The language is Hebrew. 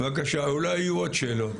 בבקשה, אולי יהיו עוד שאלות.